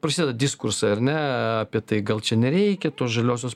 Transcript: prasideda diskursai ar ne apie tai gal čia nereikia tos žaliosios